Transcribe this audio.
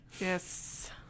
yes